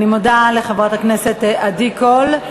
אני מודה לחברת הכנסת עדי קול.